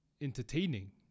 entertaining